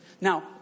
Now